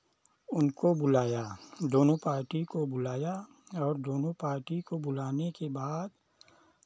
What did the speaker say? उनको बुलाया दोनों पार्टी को बुलाया और दोनों पार्टी को बुलाने के बाद